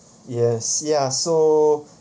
yes ya so